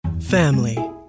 family